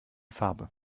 farbe